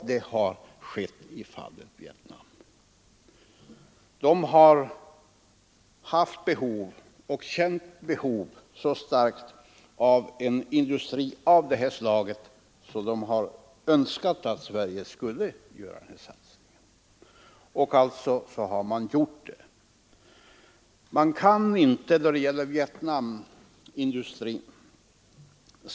I Vietnam har man känt ett starkt behov av en industri av det här slaget, och vietnameserna har önskat att Sverige skulle göra en sådan här insats. Alltså har vi satsat på detta.